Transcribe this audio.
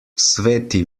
sveti